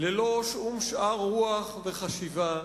ללא שום שאר רוח וחשיבה,